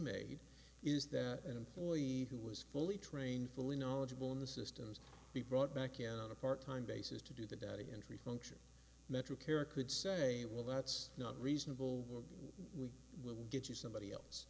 made is that an employee who was fully trained fully knowledgeable in the systems be brought back in on a part time basis to do the data entry function metric kara could say well that's not reasonable or we will get you somebody else